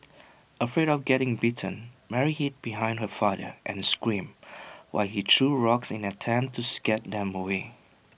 afraid of getting bitten Mary hid behind her father and screamed while he threw rocks in an attempt to scare them away